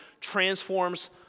transforms